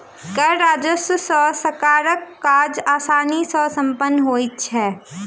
कर राजस्व सॅ सरकारक काज आसानी सॅ सम्पन्न होइत छै